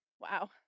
wow